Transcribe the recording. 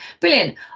brilliant